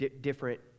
different